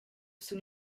sun